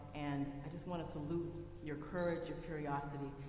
and i just wanna salute your courage, your curiosity,